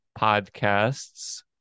podcasts